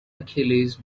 achilles